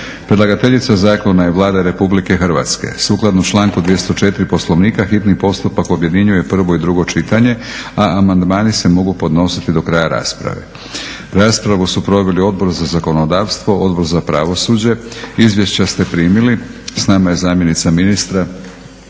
Predlagateljica zakona je Vlada Republike Hrvatske. Sukladno članku 204. Poslovnika hitni postupak objedinjuje prvo i drugo čitanje. Amandmani se mogu podnositi do kraja rasprave. Raspravu su proveli Odbor za zakonodavstvo i Odbor za pravosuđe. Izvješća ste primili. S nama je zamjenica ministra,